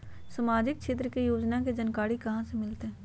सामाजिक क्षेत्र के योजना के जानकारी कहाँ से मिलतै?